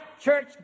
church